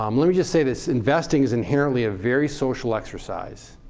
um let me just say this investing is inherently a very social exercise.